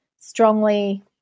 strongly